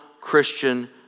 Christian